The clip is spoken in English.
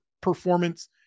performance